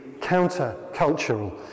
counter-cultural